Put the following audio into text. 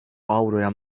avroya